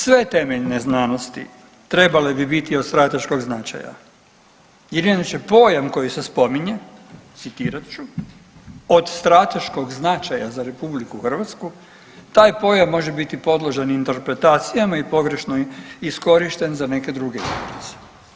Sve temeljne znanosti trebale bi biti od strateškog značaja, jer inače pojam koji se spominje, citirat ću „od strateškog značaja za RH“ taj pojam može biti podložan interpretacijama i pogrešno iskorišten za neke druge interese.